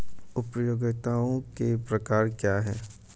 उपयोगिताओं के प्रकार क्या हैं?